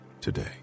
today